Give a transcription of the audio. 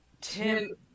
Tim